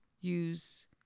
use